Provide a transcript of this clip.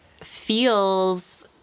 feels